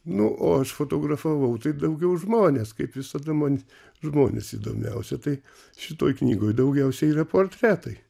nu o aš fotografavau tai daugiau žmones kaip visada man žmonės įdomiausia tai šitoj knygoj daugiausia yra portretai